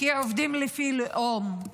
כי עובדים לפי לאום,